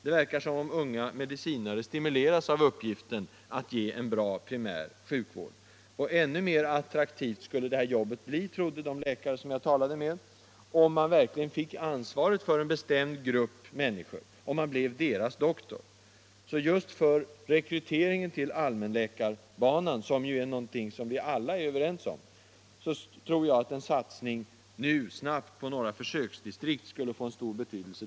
Det verkar som om unga medicinare stimuleras av uppgiften att ge en bra primär sjukvård. Och ännu mer attraktivt skulle jobbet bli, trodde de läkare jag talade med i Örnsköldsvik, om varje läkare verkligen fick ansvaret för en bestämd grupp människor, blev ”deras doktor”. Just för rekryteringen till allmänläkarbanan tror jag att en satsning nu genast på några försöksdistrikt skulle få stor betydelse.